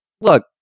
Look